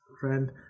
friend